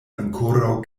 ankoraŭ